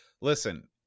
listen